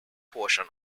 portion